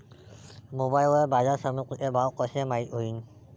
Mobile वर बाजारसमिती चे भाव कशे माईत होईन?